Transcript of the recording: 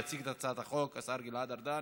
יציג את הצעת החוק השר גלעד ארדן,